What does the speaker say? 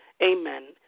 Amen